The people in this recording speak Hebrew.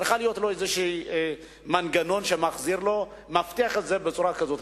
צריך להיות איזה מנגנון שמבטיח את זה בצורה כזאת.